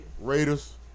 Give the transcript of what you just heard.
Raiders